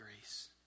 grace